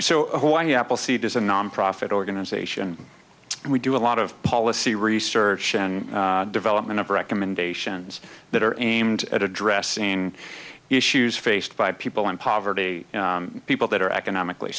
why apple seed is a nonprofit organization and we do a lot of policy research and development of recommendations that are aimed at addressing issues faced by people in poverty people that are economically